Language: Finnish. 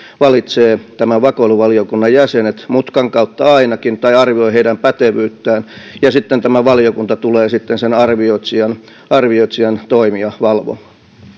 valitsee tämän vakoiluvaliokunnan jäsenet mutkan kautta ainakin tai arvioi heidän pätevyyttään ja sitten tämä valiokunta tulee sen arvioitsijan arvioitsijan toimia valvomaan